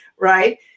right